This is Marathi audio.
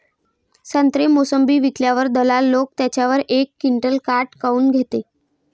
संत्रे, मोसंबी विकल्यावर दलाल लोकं त्याच्यावर एक क्विंटल काट काऊन घेते?